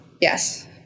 Yes